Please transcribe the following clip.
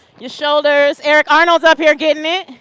your shoulders. eric arnold is up here getting it.